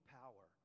power